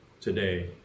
today